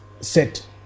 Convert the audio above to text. set